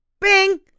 Bing